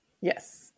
Yes